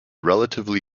relatively